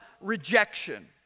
rejection